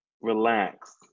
relax